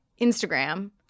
Instagram